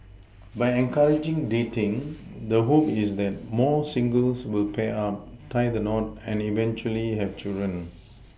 by encouraging dating the hope is that more singles will pair up tie the knot and eventually have children